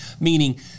Meaning